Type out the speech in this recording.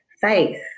faith